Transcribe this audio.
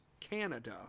Canada